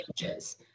images